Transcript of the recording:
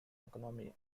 economy